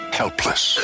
helpless